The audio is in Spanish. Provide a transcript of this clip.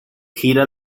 gira